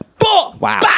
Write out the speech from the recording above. Wow